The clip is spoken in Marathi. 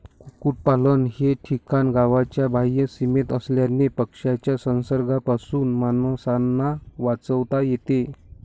कुक्पाकुटलन हे ठिकाण गावाच्या बाह्य सीमेत असल्याने पक्ष्यांच्या संसर्गापासून माणसांना वाचवता येते